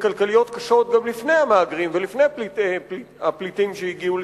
וכלכליות קשות גם לפני שהגיעו לשם המהגרים ולפני שהגיעו לשם הפליטים,